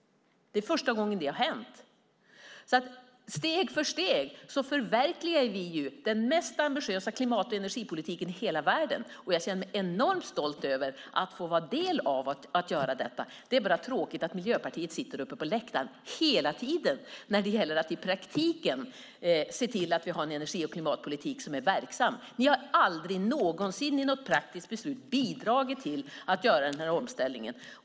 Det är första gången det har hänt. Steg för steg förverkligar vi den mest ambitiösa klimat och energipolitiken i hela världen. Jag känner mig enormt stolt över att få vara del av detta. Det är bara tråkigt att Miljöpartiet hela tiden sitter på läktaren när det gäller att i praktiken se till att vi har en verksam energi och klimatpolitik. Ni har aldrig någonsin i något praktiskt beslut bidragit till omställningen.